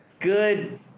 good